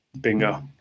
Bingo